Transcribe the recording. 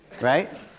right